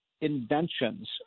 inventions